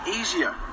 easier